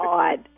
God